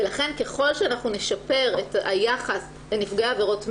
ולכן ככל שאנחנו נשפר את היחס לנפגעי עבירות מין,